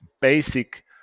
basic